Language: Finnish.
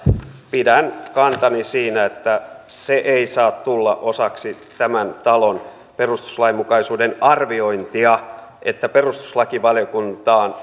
pidän kantani siinä että se ei saa tulla osaksi tämän talon perustuslainmukaisuuden arviointia että perustuslakivaliokuntaan